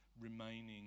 remaining